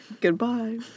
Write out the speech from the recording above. Goodbye